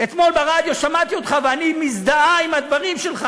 "אתמול ברדיו שמעתי אותך ואני מזדהה עם הדברים שלך.